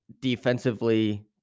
defensively